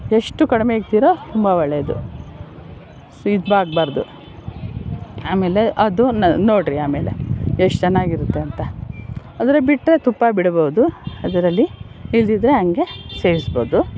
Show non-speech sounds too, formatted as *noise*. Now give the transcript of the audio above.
ಎಷ್ಟು ಕಡಿಮೆ ಇಡ್ತೀರೋ ತುಂಬ ಒಳ್ಳೇದು *unintelligible* ಆಗ್ಬಾರ್ದು ಆಮೇಲೆ ಅದು ನ ನೋಡಿರಿ ಆಮೇಲೆ ಎಷ್ಟು ಚೆನ್ನಾಗಿರುತ್ತೆ ಅಂತ ಅದ್ರಾಗೆ ಬಿಟ್ಟರೆ ತುಪ್ಪ ಬಿಡಬಹುದು ಅದರಲ್ಲಿ ಇಲ್ಲದಿದ್ರೆ ಹಾಗೆ ಸೇವಿಸಬಹುದು